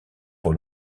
pour